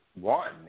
one